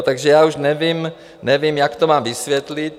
Takže já už nevím, jak to mám vysvětlit.